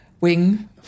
Wing